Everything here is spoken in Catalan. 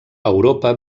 europa